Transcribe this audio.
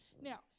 Now